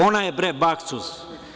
Ona je bre baksuz.